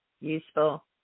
useful